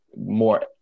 more